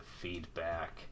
feedback